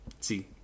see